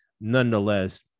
nonetheless